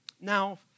Now